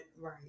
Right